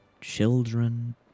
children